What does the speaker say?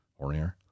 hornier